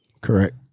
Correct